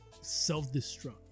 self-destruct